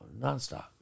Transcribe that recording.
nonstop